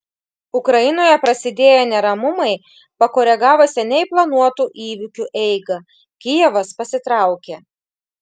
ukrainoje prasidėję neramumai pakoregavo seniai planuotų įvykiu eigą kijevas pasitraukė